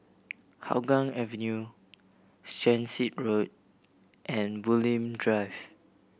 Hougang Avenue Transit Road and Bulim Drive